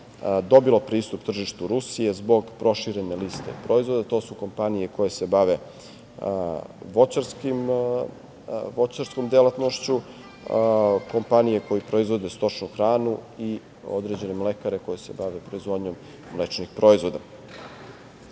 dobilo pristup tržištu Rusije zbog proširene liste proizvoda. To su kompanije koje se bave voćarskom delatnošću, kompanije koje proizvode stočnu hranu i određene mlekare koje se bave proizvodnjom mlečnih proizvoda. Moram